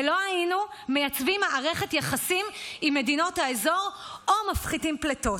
ולא היינו מייצבים מערכת יחסים עם מדינות האזור או מפחיתים פליטות.